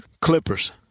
Clippers